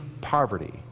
poverty